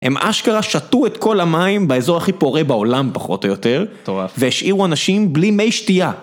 הם אשכרה שתו את כל המים באזור הכי פורה בעולם, פחות או יותר. מטורף. והשאירו אנשים בלי מי שתייה.